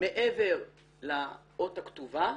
מעבר לאות הכתובה,